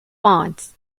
fonts